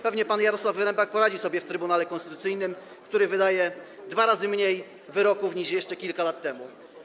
Pewnie pan Jarosław Wyrembak poradzi sobie w Trybunale Konstytucyjnym, który wydaje dwa razy mniej wyroków niż jeszcze kilka lat temu.